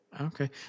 Okay